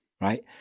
right